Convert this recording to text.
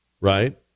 right